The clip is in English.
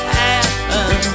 happen